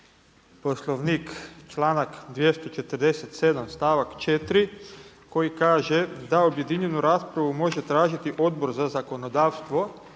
Poslovnik, članak 247. stavak 4. koji kaže da objedinjenu raspravu može tražiti Odbor za zakonodavstvo